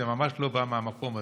זה ממש לא בא מהמקום הזה.